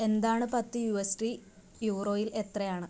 എന്താണ് പത്ത് U S D യൂറോയിൽ എത്രയാണ്